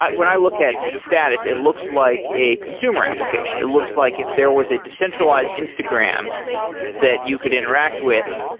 when i look at status, it looks like a consumer application. it looks like if there was a decentralized instagram that you could interact with,